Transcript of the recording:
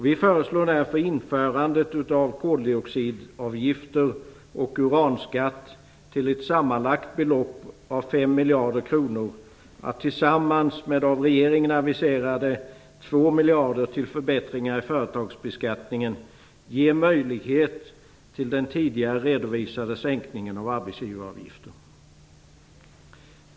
Vi föreslår därför införande av koldioxidavgifter och uranskatt till ett sammanlagt belopp av 5 miljarder kronor för att tillsammans med av regeringen aviserade 2 miljarder till förbättringar i företagsbeskattningen ge möjlighet till den tidigare redovisade sänkningen av arbetsgivaravgiften.